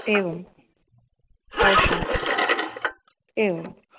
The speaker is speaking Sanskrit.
एवम् अवश्यम् एवम्